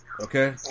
Okay